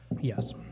Yes